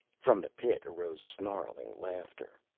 from the pit arose snarling laughter.